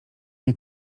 nie